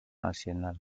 arsenal